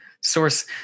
Source